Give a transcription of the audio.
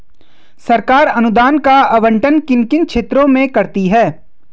सरकार अनुदान का आवंटन किन किन क्षेत्रों में करती है?